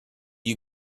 you